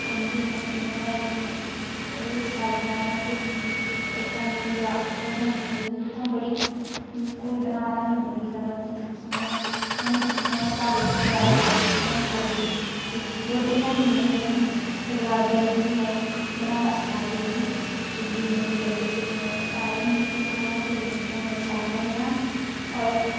उं'दी मूर्ती बनाई मे ओ बी बड़ी शैल बनाई में इक बारी ते में उत्थै उधमपुर गेदी उत्थै कोई बना दा उत्थै ़ी ज्यादा में दिक्खी उ'नें घर में ट्राई कीती इक बारी चज सिक्खी दो तिन हांडी नेईं बनी ओहदे बाद बनी फ्ही में बनाना स्टाट करी ओड़ी शिवजी दी मूर्ती गै स्हेई बनी मतलब सारे मूर्तियां बनाना शुरु करी दिती बडी शैल बनियां और